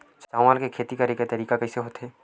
चावल के खेती करेके तरीका कइसे होथे?